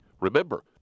Remember